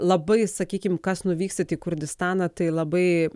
labai sakykim kas nuvyksit į kurdistaną tai labai